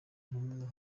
intumwa